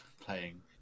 playing